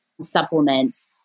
supplements